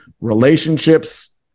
relationships